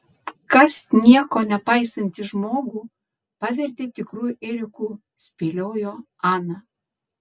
kas nieko nepaisantį žmogų pavertė tikru ėriuku spėliojo ana